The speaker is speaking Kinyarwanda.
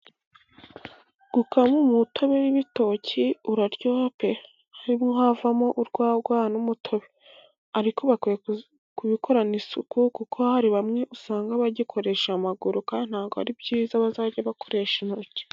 Gukamura umutobe w'ibitoki uraryoha pe harimo havamo urwagwa n'umutobe, ariko bakwiye kubikorana isuku kuko hari bamwe usanga bagikoresha amaguru, kandi ntabwo ari byiza bazajye bakoresha intoki.